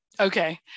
Okay